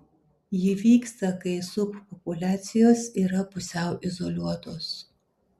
ji vyksta kai subpopuliacijos yra pusiau izoliuotos